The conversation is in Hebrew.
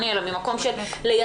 למעט לבית חולים.